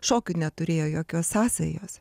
šokiu neturėjo jokios sąsajos